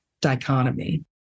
dichotomy